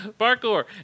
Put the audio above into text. Parkour